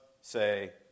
say